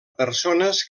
persones